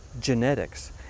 genetics